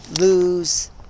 lose